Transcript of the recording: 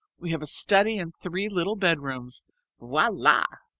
we have a study and three little bedrooms voila!